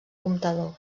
comptador